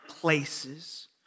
places